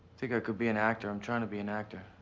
think i could be an actor, i'm tryin' to be an actor.